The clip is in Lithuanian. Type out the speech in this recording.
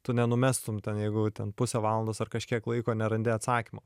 tu nenumestum ten jeigu ten pusę valandos ar kažkiek laiko nerandi atsakymo